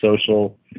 social